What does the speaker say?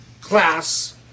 class